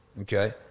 okay